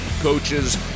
coaches